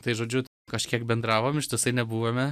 tai žodžiu kažkiek bendravom ištisai nebuvome